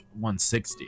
160